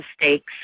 mistakes